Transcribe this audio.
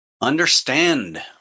understand